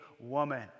Woman